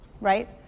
right